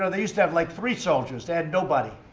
know, they used to have like three soldiers they had nobody.